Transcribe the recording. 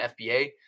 FBA